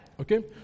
Okay